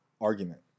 argument